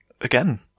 again